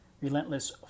Relentless